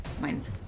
Mine's